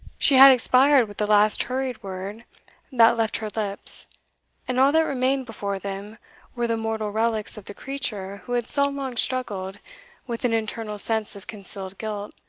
she had expired with the last hurried word that left her lips and all that remained before them were the mortal relics of the creature who had so long struggled with an internal sense of concealed guilt,